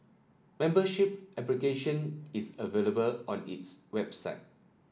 membership application is available on its website